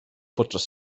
podczas